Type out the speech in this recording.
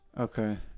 Okay